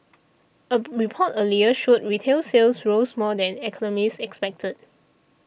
a report earlier showed retail sales rose more than economists expected